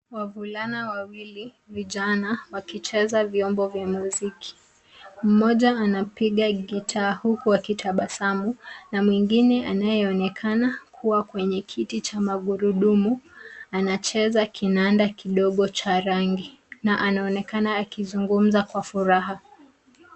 Wavulana wawili vijana wakicheza vyombo vya muziki. Mmoja anapiga gitaa huku akitabasamu na mwigine anayeonekana kuwa kwenye kiti cha magurudumu anacheza kinanda kidogo cha rangi na anaonekana akizungumza kwa furaha.